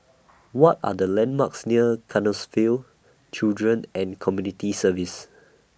What Are The landmarks near Canossaville Children and Community Services